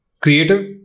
Creative